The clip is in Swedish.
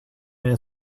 jag